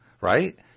right